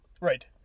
Right